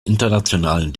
internationalen